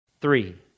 Three